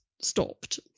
stopped